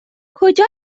کجا